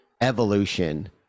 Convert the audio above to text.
evolution